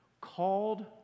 Called